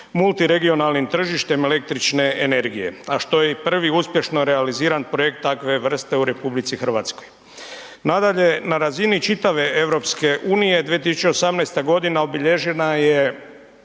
multiregionalnim tržištem električne energije, a što je i prvi uspješno realiziran projekt takve vrste u RH. Nadalje, na razini čitave EU 2018. godina obilježena je